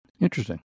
Interesting